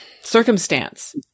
circumstance